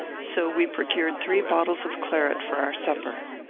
so we procured three bottles of claret for our supper.